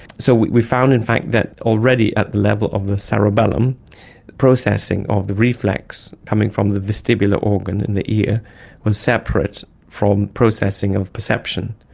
so we we found in fact that already at the level of the cerebellum processing of the reflex coming from the vestibular organ in the ear was separate from processing of perception.